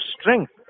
strength